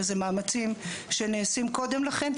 ואלה מאמצים שנעשים קודם לכן.